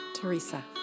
Teresa